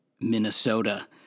Minnesota